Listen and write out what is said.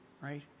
right